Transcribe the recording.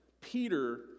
Peter